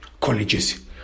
colleges